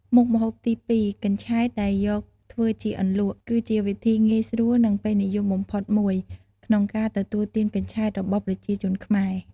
មុខម្ហូបទីពីរ កញ្ឆែតដែលយកធ្វើជាអន្លក់ គឺជាវិធីងាយស្រួល និងពេញនិយមបំផុតមួយក្នុងការទទួលទានកញ្ឆែតរបស់ប្រជាជនខ្មែរ។